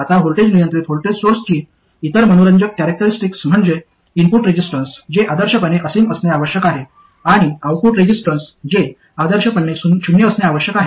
आता व्होल्टेज नियंत्रित व्होल्टेज सोर्सची इतर मनोरंजक कॅरॅक्टरिस्टिक्स म्हणजे इनपुट रेजिस्टन्स जे आदर्शपणे असीम असणे आवश्यक आहे आणि आउटपुट रेजिस्टन्स जे आदर्शपणे शून्य असणे आवश्यक आहे